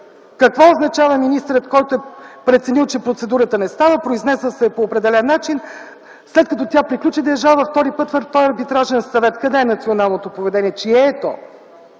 Какво означава министърът, който е преценил, че процедурата не става, произнесъл се е по определен начин, след като тя приключи да я жалва втори път в тоя арбитражен съвет? Къде е националното поведение, чие е то?